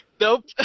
Nope